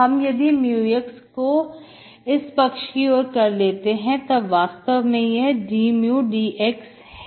हम यदि μx को इस पक्ष की और कर लेते हैं तब यह वास्तव में dμdx है